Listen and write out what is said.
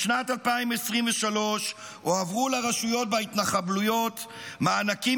בשנת 2023 הועברו לרשויות בהתנחלויות מענקים